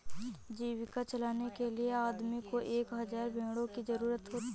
जीविका चलाने के लिए आदमी को एक हज़ार भेड़ों की जरूरत होती है